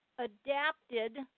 Adapted